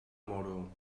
moro